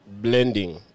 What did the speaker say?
blending